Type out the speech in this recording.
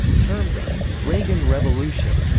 termed the reagan revolution,